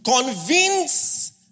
convince